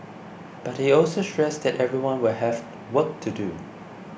but he also stressed that everyone will have work to do